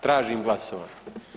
Tražim glasovanje.